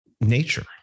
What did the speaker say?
nature